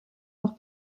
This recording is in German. noch